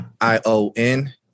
I-O-N